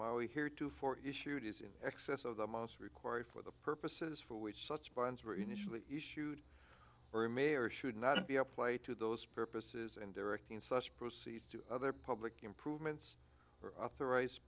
we here to for issued is in excess of the most required for the purposes for which such bonds were initially issued for mayor should not be applied to those purposes and directing such proceeds to other public improvements or authorize